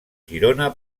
girona